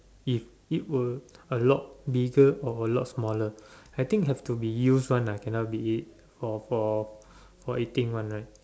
if it were a lot bigger or a lot smaller I think have to be used one ah cannot be for for for eating one right